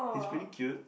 he's pretty cute